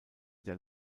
der